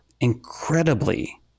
incredibly